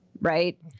Right